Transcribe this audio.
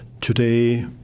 today –